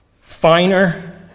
finer